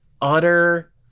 utter